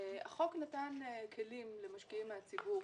החוק נתן כלים למשקיעים מהציבור,